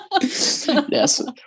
Yes